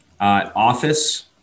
Office